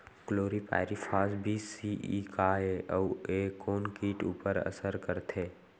Chlorpyrifos बीस CE का हे अऊ ए कोन किट ऊपर असर करथे?